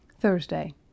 Thursday